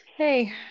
Hey